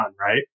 Right